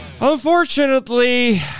unfortunately